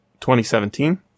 2017